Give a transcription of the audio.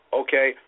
okay